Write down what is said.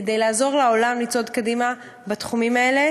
לעזור לעולם לצעוד קדימה בתחומים האלה.